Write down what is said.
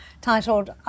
titled